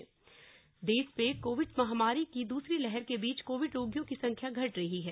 Covid महामारी देश में कोविड महामारी की दूसरी लहर के बीच कोविड रोगियों की संख्या घट रही है